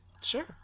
Sure